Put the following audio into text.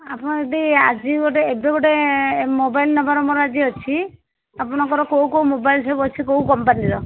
ଆପଣ ଯଦି ଆଜି ଗୋଟେ ଏବେ ଗୋଟେ ମୋବାଇଲ୍ ନେବାର ମୋର ଅଛି ଆପଣଙ୍କର କେଉଁ କେଉଁ ମୋବାଇଲ୍ ସବୁ ଅଛି କେଉଁ କମ୍ପାନୀର